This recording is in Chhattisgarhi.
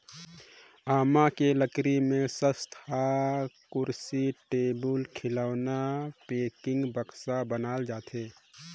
आमा के लकरी में सस्तहा कुरसी, टेबुल, खिलउना, पेकिंग, बक्सा बनाल जाथे